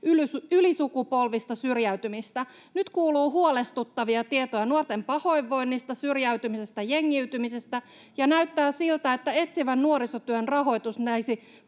ylisukupolvista syrjäytymistä. Nyt kuuluu huolestuttavia tietoa nuorten pahoinvoinnista, syrjäytymisestä, jengiytymisestä, ja näyttää siltä, että etsivän nuorisotyön rahoitus jäisi